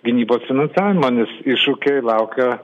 gynybos finansavimo nes iššūkiai laukia